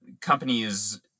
companies